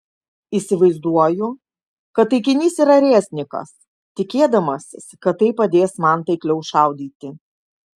įsivaizduoju kad taikinys yra reznikas tikėdamasis kad tai padės man taikliau šaudyti